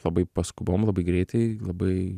labai paskubom labai greitai labai